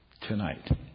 tonight